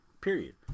Period